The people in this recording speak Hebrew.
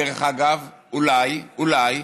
דרך אגב, אולי, אולי,